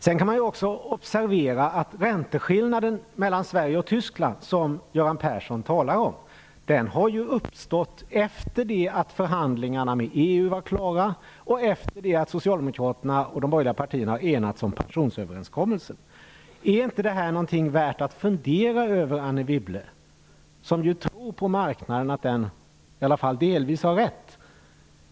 Sedan kan man också observera att ränteskillnaden mellan Sverige och Tyskland, som Göran Persson talade om, har uppstått efter det att förhandlingarna med EU var klara och efter det att Socialdemokraterna och de borgerliga partierna hade enats om pensionsöverenskommelsen. Tycker inte Anne Wibble att det här är någonting som är värt att fundera över? Hon tror ju på att marknaden, i alla fall delvis, har rätt.